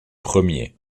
premier